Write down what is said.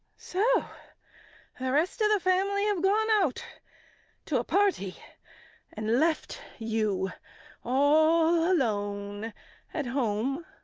so the rest of the family have gone out to a party and left you all alone at home?